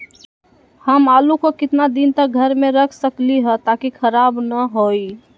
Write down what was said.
हम आलु को कितना दिन तक घर मे रख सकली ह ताकि खराब न होई?